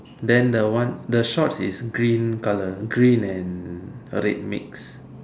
then the one the shorts is green color green and red mix